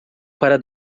para